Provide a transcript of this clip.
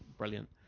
Brilliant